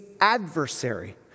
adversary